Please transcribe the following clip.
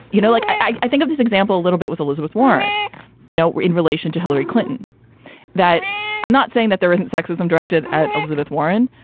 you know like i think of this example a little bit with elizabeth warren you know in relation to hillary clinton that i'm not saying that there isn't sexism directed at elizabeth warren.